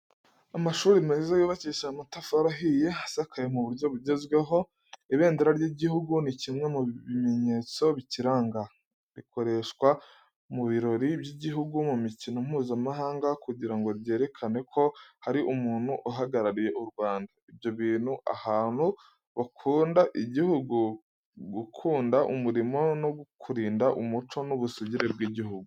Amashuri meza yubakishije amatafari ahiye asakaye mu buryo bugezweho. Ibendera ry'igihugu ni kimwe mu bimenyetso bikiranga. Rikoreshwa mu birori by’igihugu, mu mikino mpuzamahanga kugira ngo ryerekane ko hari umunyu uhagarariye u Rwanda. Ibyo bituma abantu bakunda igihugu, gukunda umurimo no kurinda umuco n’ubusugire bw’igihugu.